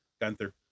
Gunther